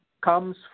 comes